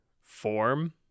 form